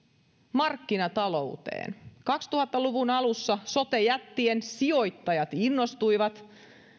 markkinatalouteen kaksituhatta luvun alussa sote jättien sijoittajat innostuivat